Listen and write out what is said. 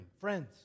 Friends